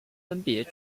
分别